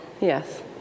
Yes